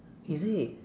is it